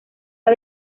las